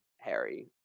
Harry